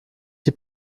die